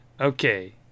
Okay